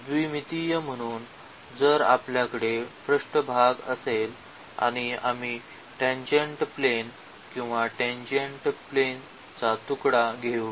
द्विमितीय म्हणून जर आपल्याकडे पृष्ठभाग असेल आणि आम्ही टँजेन्ट प्लेन किंवा टँजेन्ट प्लेन चा तुकडा घेऊ